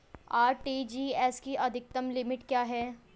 RTGS की अधिकतम limit क्या है?